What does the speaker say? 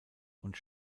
und